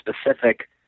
specific